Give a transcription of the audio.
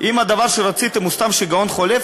אם הדבר שרציתם הוא סתם שיגעון חולף,